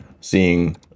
seeing